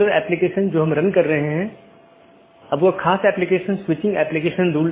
तीसरा वैकल्पिक सकर्मक है जो कि हर BGP कार्यान्वयन के लिए आवश्यक नहीं है